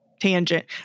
tangent